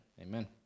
amen